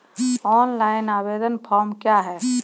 Online आवेदन form क्या हैं?